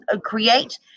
create